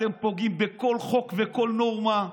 אתם פוגעים בכל חוק וכל נורמה.